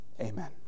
Amen